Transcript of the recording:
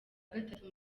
gatatu